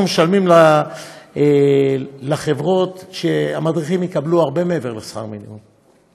אנחנו משלמים לחברות כדי שהמדריכים יקבלו הרבה מעבר לשכר המינימום.